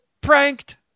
pranked